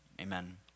Amen